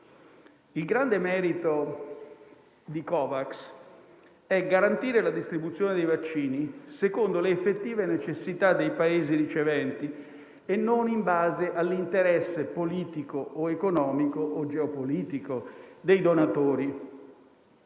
Il grande merito di Covax è garantire la distribuzione dei vaccini secondo le effettive necessità dei Paesi riceventi e non in base all'interesse politico, economico o geopolitico dei donatori.